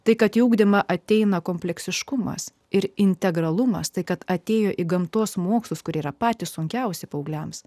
tai kad į ugdymą ateina kompleksiškumas ir integralumas tai kad atėjo į gamtos mokslus kurie yra patys sunkiausi paaugliams